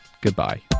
goodbye